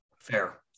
Fair